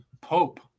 Pope